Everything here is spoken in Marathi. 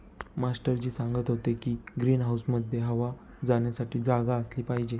मास्टर जी सांगत होते की ग्रीन हाऊसमध्ये हवा जाण्यासाठी जागा असली पाहिजे